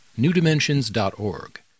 newdimensions.org